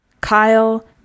Kyle